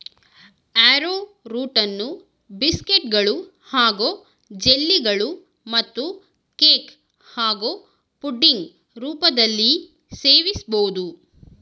ಆರ್ರೋರೂಟನ್ನು ಬಿಸ್ಕೆಟ್ಗಳು ಹಾಗೂ ಜೆಲ್ಲಿಗಳು ಮತ್ತು ಕೇಕ್ ಹಾಗೂ ಪುಡಿಂಗ್ ರೂಪದಲ್ಲೀ ಸೇವಿಸ್ಬೋದು